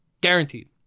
Guaranteed